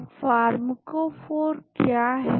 अब फार्मकोफोर क्या है